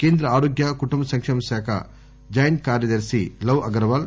కేంద్ర ఆరోగ్య కుటుంబ సంకేమ శాఖ జాయింట్ కార్యదర్శి లవ్ అగర్వాల్